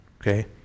Okay